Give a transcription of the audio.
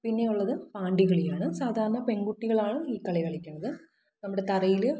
പിന്നെ ഉള്ളത് പാണ്ടി കളിയാണ് സാധാരണ പെൺകുട്ടികളാണ് ഈ കളി കളിക്കുന്നത് നമ്മുടെ തറയിൽ